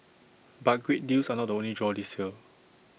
but great deals are not the only draw this year